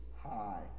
high